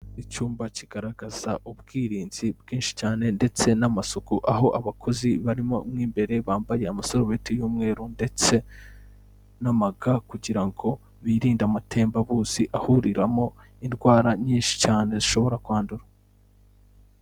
Icyumba kigaragaza ubwirinzi bwinshi cyane ndetse n'amasuku aho abakozi barimo mo imbere bambaye amasarubeti y'umweru ndetse n'amaga kugira ngo birinde amatembabuzi ahuriramo indwara nyinshi cyane zishobora kwandura.